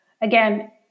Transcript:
again